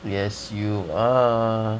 yes you are